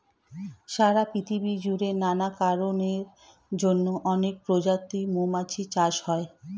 সারা পৃথিবী জুড়ে নানা কারণের জন্যে অনেক প্রজাতির মৌমাছি চাষ হয়